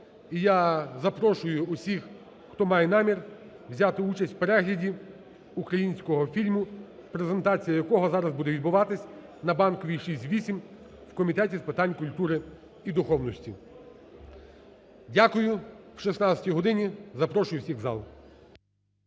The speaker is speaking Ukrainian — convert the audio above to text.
я запрошую всіх, хто має намір, взяти участь в перегляді українського фільму, презентація якого зараз буде відбуватись на Банковій, 6-8 в Комітеті з питань культури і духовності. Дякую. О 16 годині запрошую всіх в зал.